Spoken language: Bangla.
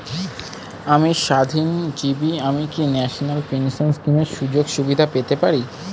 আমি স্বাধীনজীবী আমি কি ন্যাশনাল পেনশন স্কিমের সুযোগ সুবিধা পেতে পারি?